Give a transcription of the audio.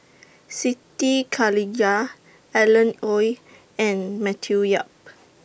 Siti Khalijah Alan Oei and Matthew Yap